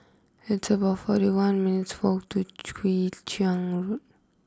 it's about forty one minutes' walk to Chian Road